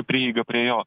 prieigą prie jo